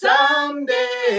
Someday